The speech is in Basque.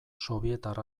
sobietar